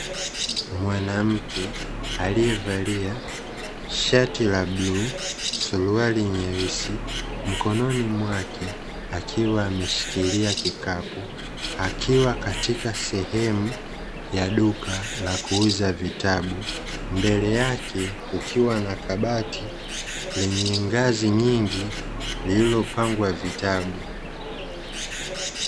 Mwanamke aliyevalia shati la bluu, suruali nyeusi, mkononi mwake akiwa ameshikilia kikapu akiwa katika sehemu ya duka la kuuza vitabu mbele yake kukiwa na kabati lenye ngazi nyingi lililopangwa vitabu.